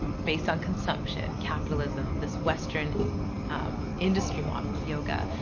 based on consumption, capitalism, this western industry model of yoga,